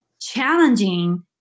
challenging